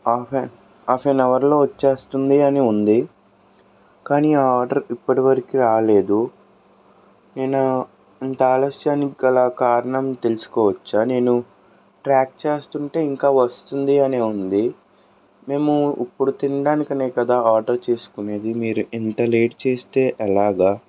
half an half an అవర్లో వచ్చేస్తుంది అని ఉంది కానీ ఆ ఆర్డర్ ఇప్పటివరకు రాలేదు నేను ఇంత ఆలస్యానికి గల కారణం తెలుసుకోవచ్చా నేను ట్రాక్ చేస్తుంటే ఇంకా వస్తుంది అని ఉంది మేము ఇప్పుడు తినడానికి అనే కదా ఆర్డర్ చేసుకునేది మీరు ఇంత లేట్ చేస్తే ఎలాగా